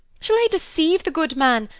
shall i deceive the good man,